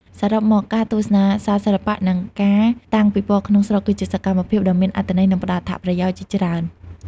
សរុបមក ការទស្សនាសាលសិល្បៈ និងការតាំងពិពណ៌ក្នុងស្រុក គឺជាសកម្មភាពដ៏មានអត្ថន័យ និងផ្តល់អត្ថប្រយោជន៍ជាច្រើន។